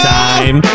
time